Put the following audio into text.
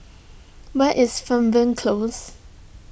where is Fernvale Close